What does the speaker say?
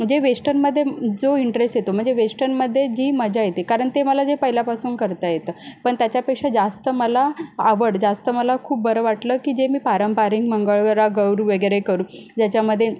जे वेष्टनमध्ये जो इंटरेस येतो म्हणजे वेष्टनमध्ये जी मजा येते कारण ते मला पहिल्यापासून करता येतं पण त्याच्यापेक्षा जास्त मला आवड जास्त मला खूप बरं वाटलं की जे मी पारंपरिक मंगळागौर वगैरे करू ज्याच्यामध्ये